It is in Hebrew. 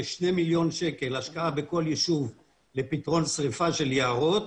כשני מיליון שקלים השקעה בכל ישוב לפתרון שריפה של יערות.